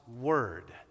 word